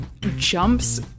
jumps